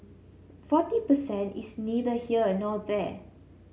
forty per cent is neither here nor there